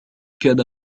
كان